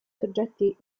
soggetti